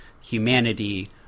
humanity